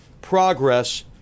progress